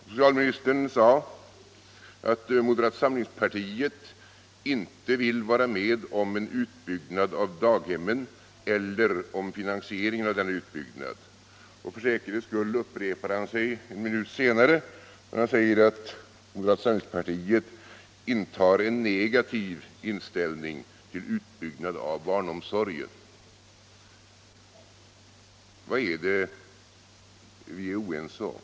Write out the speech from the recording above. Socialministern sade att moderata samlingspartiet inte vill vara med om en utbyggnad av daghemmen eller om finansieringen av denna utbyggnad. För säkerhets skull upprepade han sig en minut senare, då han sade att moderata samlingspartiet har en negativ inställning till utbyggnaden av barnomsorgen. Vad är det vi är oense om?